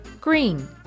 Green